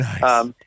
Nice